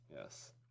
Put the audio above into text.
yes